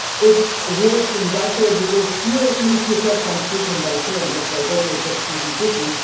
it's worse in russia, because here at least you have some treatment alternatives like opiate substitution treatment.